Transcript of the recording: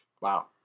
Wow